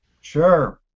Sure